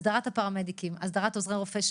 הסדרת הפרמדיקים שעבר בקריאה הראשונה; הסדרת עוזרי רופא,